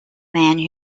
man